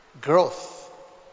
growth